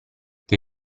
che